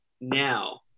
now